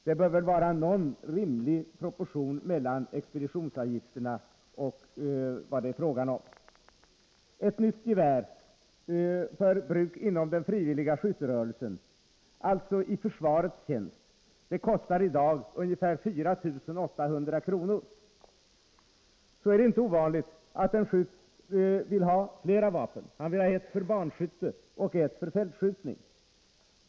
Det bör väl vara någon rimlig proportion mellan expeditionsavgifterna och vad det är fråga om. Ett nytt gevär för bruk inom den frivilliga skytterörelsen, dvs. i försvarets tjänst, kostar i dag ungefär 4 800 kr.Det är inte ovanligt att en skytt vill ha fler än ett vapen. Han vill ha ett för banskytte och ett för fältskjutning.